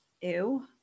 ew